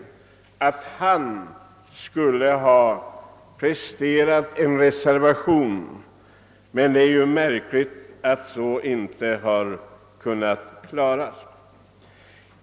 Det är märkligt, tycker jag, att han inte har reserverat sig.